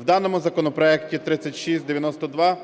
У даному законопроекті 3692